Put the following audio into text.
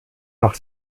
nach